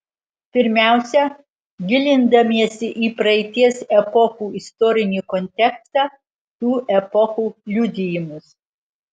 pirmiausia gilindamiesi į praeities epochų istorinį kontekstą tų epochų liudijimus